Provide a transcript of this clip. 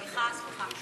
סליחה, סליחה.